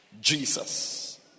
Jesus